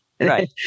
Right